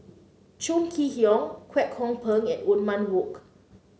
Chong Kee Hiong Kwek Hong Png and Othman Wok